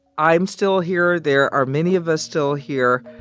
i'm still here. there are many of us still here.